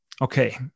Okay